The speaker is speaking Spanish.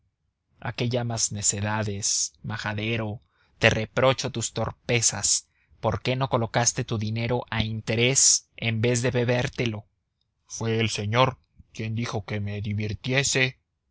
qué llamas necedades majadero te reprocho tus torpezas por qué no colocaste tu dinero a interés en vez de bebértelo fue el señor quien me dijo que me divirtiese